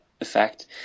effect